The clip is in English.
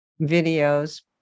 videos